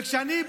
וכשאני,